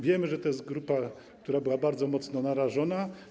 Wiemy, że to jest grupa, która była bardzo mocno narażona.